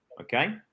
okay